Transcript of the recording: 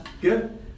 good